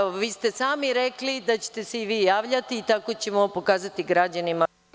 Vi ste sami rekli da ćete se i vi javljati i tako ćemo pokazati građanima.